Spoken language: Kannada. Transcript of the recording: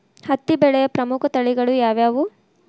ಹತ್ತಿ ಬೆಳೆಯ ಪ್ರಮುಖ ತಳಿಗಳು ಯಾವ್ಯಾವು?